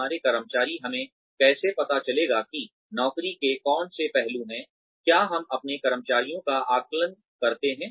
हमारे कर्मचारी हमें कैसे पता चलेगा कि नौकरी के कौन से पहलू हैं क्या हम अपने कर्मचारियों का आकलन करते हैं